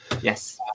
yes